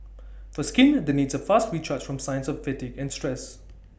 for skin that needs A fast recharge from signs of fatigue and stress